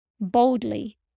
boldly